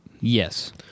Yes